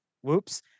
whoops